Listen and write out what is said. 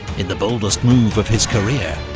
in the boldest move of his career,